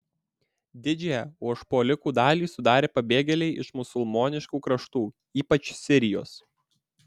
didžiąją užpuolikų dalį sudarė pabėgėliai iš musulmoniškų kraštų ypač sirijos